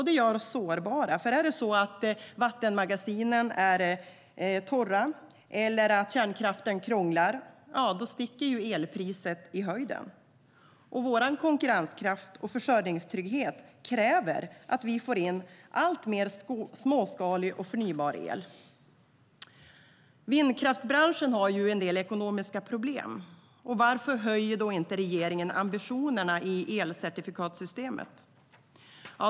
Det gör oss sårbara, för om vattenmagasinen är torra eller kärnkraftsreaktorerna krånglar sticker elpriset i höjden. Vår konkurrenskraft och försörjningstrygghet kräver att vi får in alltmer småskalig, förnybar el. Vindkraftsbranschen har en del ekonomiska problem. Varför höjer då inte regeringen ambitionerna i elcertifikatssystemet?